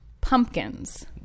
Pumpkins